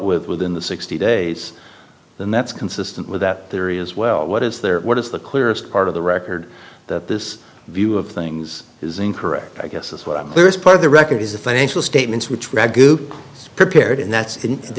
with within the sixty days then that's consistent with that theory as well what is there what is the clearest part of the record that this view of things is incorrect i guess is what i'm there is part of the record is the financial statements which ragu prepared and that's